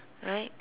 right